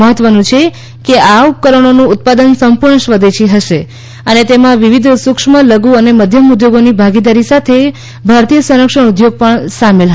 મહત્વનુ છે કે આ ઉપકરણોનું ઉત્પાદન સંપૂર્ણ સ્વદેશી હશે અને તેમાં વિવિધ સૂક્ષ્મ લઘુ અને મધ્યમ ઉધ્યોગોની ભાગીદારી સાથે ભારતીય સંરંક્ષણ ઉધ્યોગ પણ સામેલ ફશે